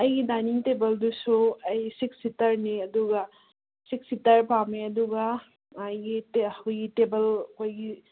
ꯑꯩꯒꯤ ꯗꯥꯏꯅꯤꯡ ꯇꯦꯕꯜꯗꯨꯁꯨ ꯑꯩ ꯁꯤꯛꯁ ꯁꯤꯇꯔꯅꯤ ꯑꯗꯨꯒ ꯁꯤꯛꯁ ꯁꯤꯇꯔ ꯄꯥꯝꯃꯦ ꯑꯗꯨꯒ ꯃꯥꯒꯤ ꯑꯩꯈꯣꯏꯒꯤ ꯇꯦꯕꯜ ꯑꯩꯈꯣꯏꯒꯤ